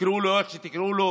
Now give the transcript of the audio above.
תקראו לו איך שתקראו לו,